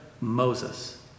Moses